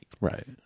right